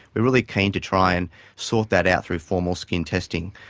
we are really keen to try and sort that out through formal skin testing.